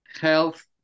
health